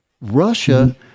Russia